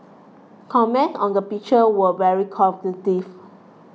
comments on the picture were very positive